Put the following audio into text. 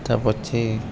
ત્યાર પછી